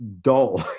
dull